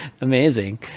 amazing